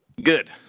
Good